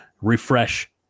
refresh